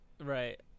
right